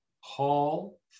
Hall